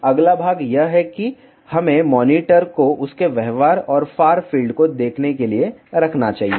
अगला भाग यह है कि हमें मॉनिटर को उसके व्यवहार और फार फील्ड को देखने के लिए रखना चाहिए